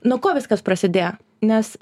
nuo ko viskas prasidėjo nes